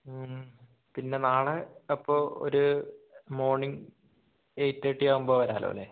പിന്നെ നാളെ അപ്പോൾ ഒരു മോർണിംഗ് എയ്റ്റ് തേർട്ടീ ആകുമ്പോൾ വരാമല്ലോ അല്ലെ